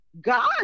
God